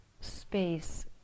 space